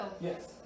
yes